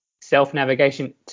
self-navigation